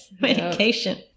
medication